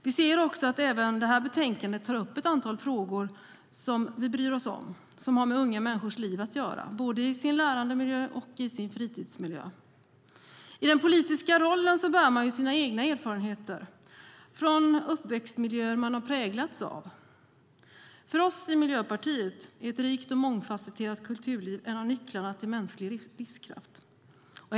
Vi ser också att även detta betänkande tar upp ett antal frågor vi bryr oss om som har med unga människors liv att göra, både i deras lärandemiljö och i deras fritidsmiljö. I den politiska rollen bär man sina egna erfarenheter från uppväxtmiljöer man har präglats av. För oss i Miljöpartiet är ett rikt och mångfasetterat kulturliv en av nycklarna till mänsklig livskraft.